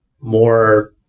more